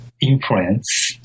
influence